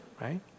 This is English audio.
right